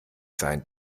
sein